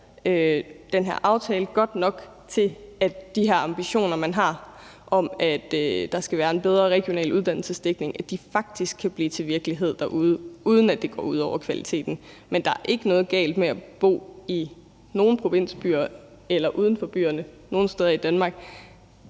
den her aftale godt nok til, at de her ambitioner, man har, om, at der skal være en bedre regional uddannelsesdækning, faktisk kan blive til virkelighed derude, uden at det går ud over kvaliteten. Der er ikke noget galt med at bo i nogen provinsbyer eller uden for byerne nogen steder i Danmark.